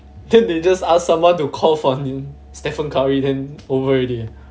then they just ask someone to cough on him stephen curry then over already